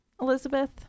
Elizabeth